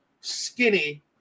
skinny